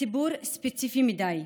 ציבור ספציפי מדי,